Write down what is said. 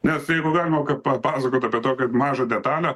nes jeigu galima papasakot apie tokią mažą detalę